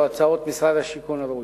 או הצעות משרד השיכון ראויות.